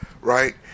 right